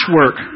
work